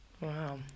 Wow